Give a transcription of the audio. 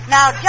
Now